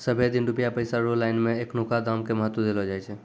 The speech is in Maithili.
सबहे दिन रुपया पैसा रो लाइन मे एखनुका दाम के महत्व देलो जाय छै